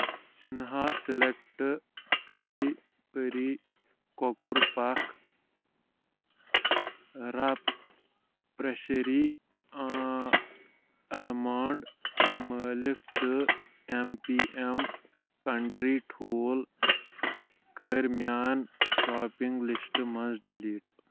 Sinha select پیٚری پیٚری کۄکُر پکھ ، را پرٛٮ۪شری المانٛڈ مٲلک تہٕ اٮ۪م پی اٮ۪م کنٛٹری ٹھوٗل کٔرۍ میان شاپِنگ لسٹہٕ منٛز ڈلیٖٹ